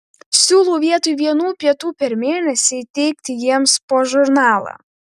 siūlau vietoj vienų pietų per mėnesį įteikti jiems po žurnalą